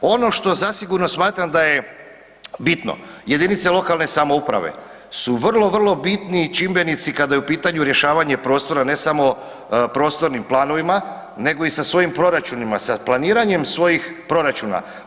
Ono što zasigurno smatram da je bitno, jedinice lokalne samouprave su vrlo, vrlo bitni čimbenici kada je u pitanju rješavanje prostora ne samo prostornim planovima, nego i sa svojim proračunima, sa planiranjem svojih proračuna.